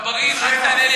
אתה לא מקשיב, אלא